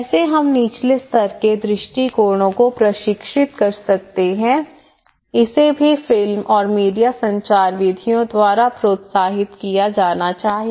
कैसे हम निचले स्तर के दृष्टिकोणों को प्रशिक्षित कर सकते हैं इसे भी फिल्म और मीडिया संचार विधियों द्वारा प्रोत्साहित किया जाना चाहिए